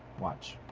watch.